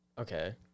Okay